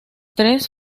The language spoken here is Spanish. tres